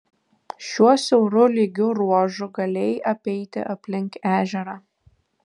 šiuo siauru lygiu ruožu galėjai apeiti aplink ežerą